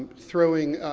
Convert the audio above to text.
throwing,